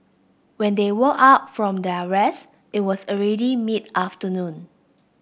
when they woke up from their rest it was already mid afternoon